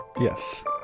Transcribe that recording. Yes